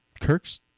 Kirk's